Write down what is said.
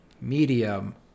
medium